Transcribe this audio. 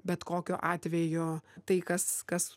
bet kokiu atveju tai kas kas